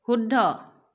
শুদ্ধ